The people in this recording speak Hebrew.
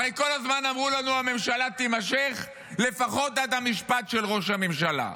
הרי כל הזמן אמרו לנו: הממשלה תמשיך לפחות עד המשפט של ראש הממשלה.